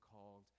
called